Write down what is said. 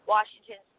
Washington